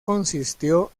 consistió